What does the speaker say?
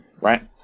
Right